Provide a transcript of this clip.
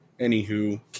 Anywho